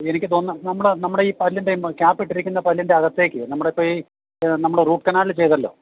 എനിക്ക് തോന്നുന്നു നമ്മുടെ നമ്മുടെ ഈ പല്ലിൻ്റെ ക്യാപ്പ് ഇട്ടിരിക്കുന്ന പല്ലിൻ്റെ അകത്തേക്ക് നമ്മുടെ ഇപ്പോൾ ഈ നമ്മൾ റൂട്ട് കനാൽ ചെയ്തല്ലോ